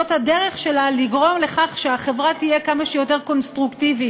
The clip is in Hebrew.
זאת הדרך שלה לגרום לכך שהחברה תהיה כמה שיותר קונסטרוקטיבית,